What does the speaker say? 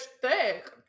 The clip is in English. thick